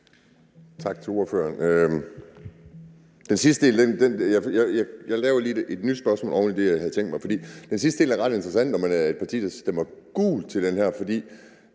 Tak til ordføreren.